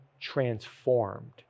transformed